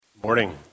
Morning